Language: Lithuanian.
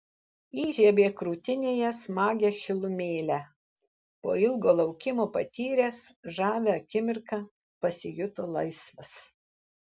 įžiebė krūtinėje smagią šilumėlę po ilgo laukimo patyręs žavią akimirką pasijuto laisvas